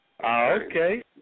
Okay